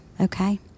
okay